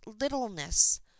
littleness